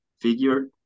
figure